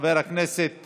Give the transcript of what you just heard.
חבר הכנסת